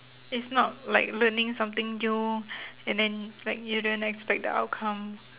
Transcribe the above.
it's not like learning something new and then like you don't expect the outcome